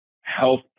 Health